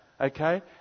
Okay